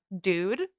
dude